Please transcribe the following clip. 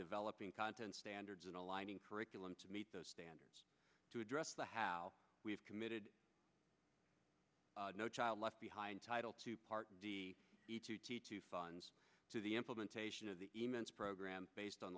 developing content standards and aligning curriculum to meet those standards to address the how we've committed no child left behind title two part to the implementation of the program based on